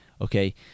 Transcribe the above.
okay